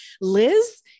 Liz